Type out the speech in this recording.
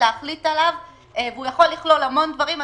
להחליט עליו והוא יכול לכלול המון דברים.